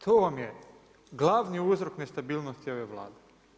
To vam je glavni uzrok nestabilnosti ove Vlade.